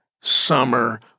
summer